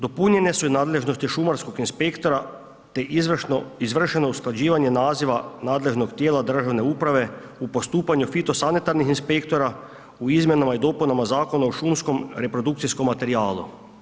Dopunjene su i nadležnosti šumarskog inspektora, te izvršeno usklađivanje naziva nadležnog tijela državne uprave u postupanju fito sanitarnih inspektora, u izmjenama i dopunama Zakona o šumskom reprodukcijskom materijalu.